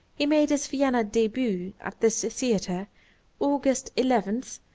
he made his vienna debut at this theatre august eleven,